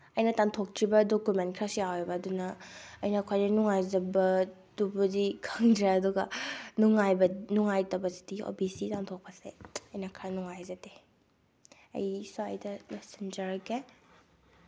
ꯑꯩꯅ ꯇꯥꯟꯊꯣꯛꯇ꯭ꯔꯤꯕ ꯗꯣꯀꯨꯃꯦꯟ ꯈꯔꯁꯨ ꯌꯥꯎꯋꯦꯕ ꯑꯗꯨꯅ ꯑꯩꯅ ꯈ꯭ꯋꯥꯏꯗꯒꯤ ꯅꯨꯡꯉꯥꯏꯖꯕꯗꯨꯕꯨꯗꯤ ꯈꯪꯗ꯭ꯔꯦ ꯑꯗꯨꯒ ꯅꯨꯡꯉꯥꯏꯇꯕꯁꯤꯗꯤ ꯑꯣ ꯕꯤ ꯁꯤ ꯇꯥꯟꯊꯣꯛꯄꯁꯦ ꯑꯩꯅ ꯈꯔ ꯅꯨꯡꯉꯥꯏꯖꯗꯦ ꯑꯩ ꯁ꯭ꯋꯥꯏꯗ ꯂꯣꯏꯁꯤꯟꯖꯔꯒꯦ